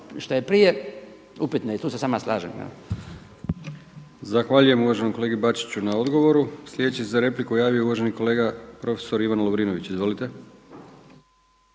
što je prije, upitno je i tu se s vama slažem. **Brkić, Milijan (HDZ)** Zahvaljujem uvaženom kolegi Bačiću na odgovoru. Sljedeći se za repliku javio uvaženi kolega profesor Ivan Lovrinović. Izvolite.